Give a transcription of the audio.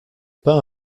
pas